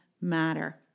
matter